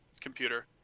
computer